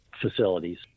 facilities